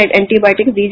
antibiotics